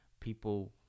people